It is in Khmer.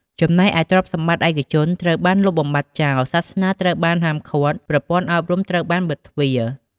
ចំណែកឯទ្រព្យសម្បត្តិឯកជនត្រូវបានលុបបំបាត់ចោល សាសនាត្រូវបានហាមឃាត់ ប្រព័ន្ធអប់រំត្រូវបានបិទទ្វារ។